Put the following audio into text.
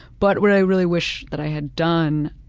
but what i really wish that i had done